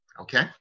Okay